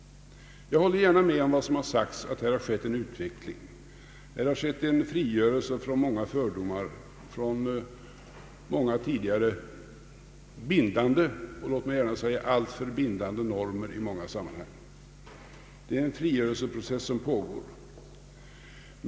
Jag håller gärna med om vad som sagts om att det här har skett en utveckling, en frigörelse från många fördomar, många tidigare bindande, låt mig även säga alltför bindande, normer i åtskilliga sammanhang. Det är en frigörelseprocess som pågär.